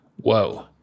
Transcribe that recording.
whoa